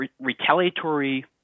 retaliatory –